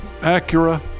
Acura